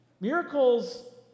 Miracles